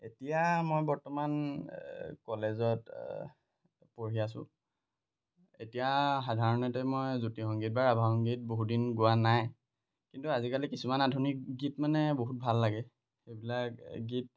এতিয়া মই বৰ্তমান কলেজত পঢ়ি আছোঁ এতিয়া সাধাৰণতে মই জ্যোতি সংগীত বা ৰাভা সংগীত বহুদিন গোৱা নাই কিন্তু আজিকালি কিছুমান আধুনিক গীত মানে বহুত ভাল লাগে সেইবিলাক গীত